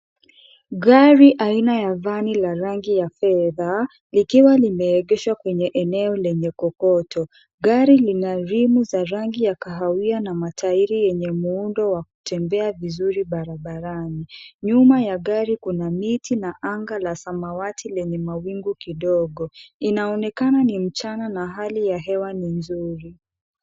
Gari aina ya vani la rangi ya fedha, likiwa limeegeshwa kwenye eneo lenye kokoto. Gari lina rimu za rangi ya kahawia na matairi yenye muundo wa kutembea vizuri barabarani. Nyuma ya gari kuna miti na anga la samawati lenye mawingu kidogo. Inaonekana ni mchana na hali ya hewa ni mzuri.